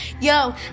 Yo